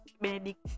Benedict